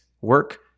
work